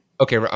Okay